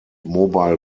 mobile